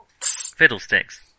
Fiddlesticks